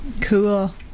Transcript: Cool